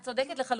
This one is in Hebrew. את צודקת לחלוטין,